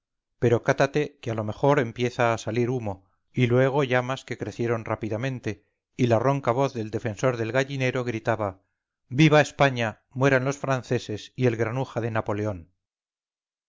pero cátate que a lo mejor empieza a salir humo y luego llamas que crecieron rápidamente y la ronca voz del defensor del gallinero gritaba viva españa mueran los franceses y el granuja de napoleón